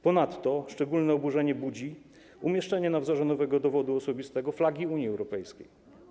Ponadto szczególne oburzenie budzi umieszczenie na wzorze nowego dowodu osobistego flagi Unii Europejskiej.